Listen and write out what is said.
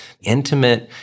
intimate